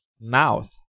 mouth